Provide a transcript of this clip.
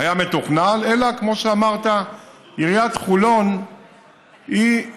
היה מתוכנן, אלא שכמו שאמרת, עיריית חולון מתעקשת